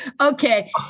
Okay